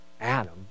Adam